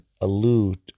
allude